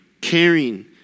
caring